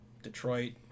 Detroit